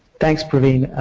thanks praveen.